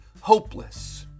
hopeless